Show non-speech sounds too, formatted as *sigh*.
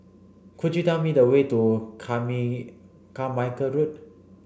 could you tell me the way to *unintelligible* Carmichael Road